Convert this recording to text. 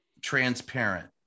transparent